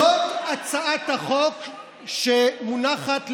זאת הצעת החוק שמונחת לפנינו,